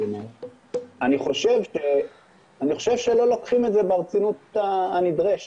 אני חושב שלא לוקחים את זה ברצינות הנדרשת,